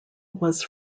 was